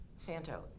santo